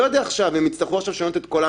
לא היה דיון, העליתם את זה רק עכשיו.